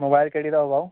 mobile कहिड़ी अथव भाउ